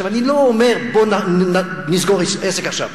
עכשיו, אני לא אומר: בוא ונסגור עסק עכשיו,